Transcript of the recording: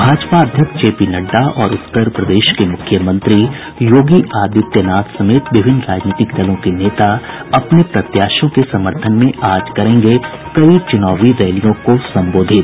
भाजपा अध्यक्ष J P Nadda और उत्तरप्रदेश के मुख्यमंत्री योगी आदित्यनाथ समेत विभिन्न राजनीतिक दलों के नेता अपने प्रत्याशियों के समर्थन में आज करेंगे कई चुनावी रैलियों को संबोधित